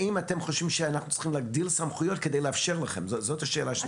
האם אתם חושבים שאנחנו צריכים להגדיל סמכויות כדי לאפשר לכם את זה?